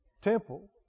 temple